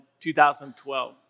2012